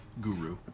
guru